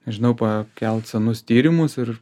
žinau pa kelt senus tyrimus ir